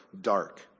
dark